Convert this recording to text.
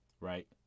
Right